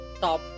top